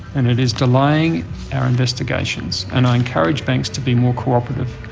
and it is delaying our investigations. and i encourage banks to be more cooperative.